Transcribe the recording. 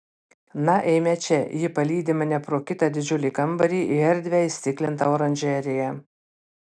na eime čia ji palydi mane pro kitą didžiulį kambarį į erdvią įstiklintą oranžeriją